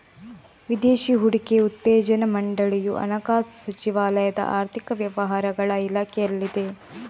ವಿದೇಶಿ ಹೂಡಿಕೆ ಉತ್ತೇಜನಾ ಮಂಡಳಿಯು ಹಣಕಾಸು ಸಚಿವಾಲಯದ ಆರ್ಥಿಕ ವ್ಯವಹಾರಗಳ ಇಲಾಖೆಯಲ್ಲಿದೆ